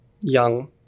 young